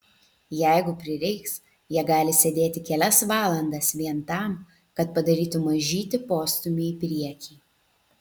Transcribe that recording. jeigu prireiks jie gali sėdėti kelias valandas vien tam kad padarytų mažytį postūmį į priekį